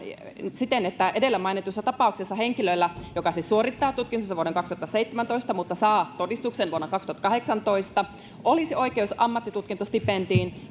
siten että edellä mainitussa tapauksessa henkilöllä joka siis suorittaa tutkintonsa vuoden kaksituhattaseitsemäntoista aikana mutta saa todistuksen vuonna kaksituhattakahdeksantoista olisi oikeus ammattitutkintostipendiin